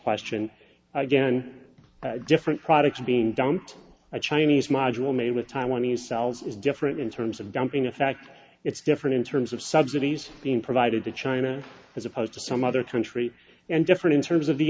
question again different products being dumped a chinese module made with taiwanese cells is different in terms of dumping a fact it's different in terms of subsidies being provided to china as opposed to some other country and different in terms of the